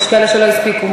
יש כאלה שלא הספיקו.